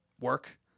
work